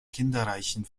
kinderreichen